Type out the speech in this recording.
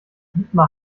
dietmar